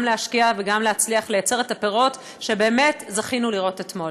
גם להשקיע וגם להצליח לייצר את הפירות שבאמת זכינו לראות אתמול.